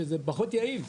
שזה פחות יעיל.